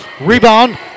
Rebound